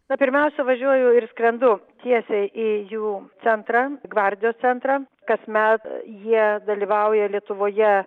na pirmiausia važiuoju ir skrendu tiesiai į jų centrą gvardijos centrą kasmet jie dalyvauja lietuvoje